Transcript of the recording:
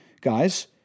guys